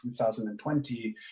2020